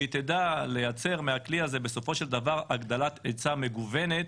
שהיא תדע לייצר מהכלי הזה בסופו של דבר הגדלת היצע מגוונת,